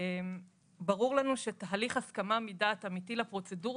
ברור לנו שתהליך הסכמה מדעת אמיתי לפרוצדורה